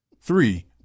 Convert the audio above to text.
Three